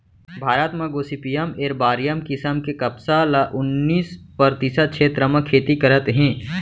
भारत म Gossypium arboreum किसम के कपसा ल उन्तीस परतिसत छेत्र म खेती करत हें